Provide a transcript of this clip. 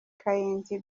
kayenzi